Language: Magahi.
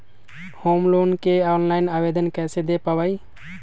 होम लोन के ऑनलाइन आवेदन कैसे दें पवई?